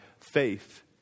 faith